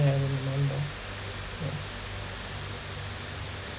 as I remembered yeah